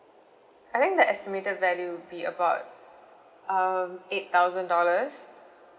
I think the estimated value will be about um eight thousand dollars